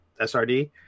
SRD